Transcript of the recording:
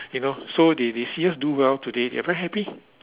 you know so they they see us do well today they are very happy